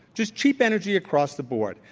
just cheap energy across the board.